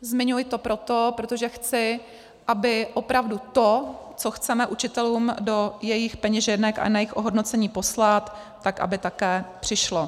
Zmiňuji to, protože chci, aby opravdu to, co chceme učitelům do jejich peněženek a na jejich ohodnocení poslat, tak aby také přišlo.